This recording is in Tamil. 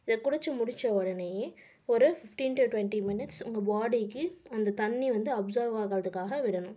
இதை குடித்து முடித்த உடனயே ஒரு ஃபிஃப்டீன் டு டுவென்ட்டி மினிட்ஸ் உங்கள் பாடிக்கு அந்த தண்ணி வந்து அப்சர்வ் ஆகிறதுக்காக விடணும்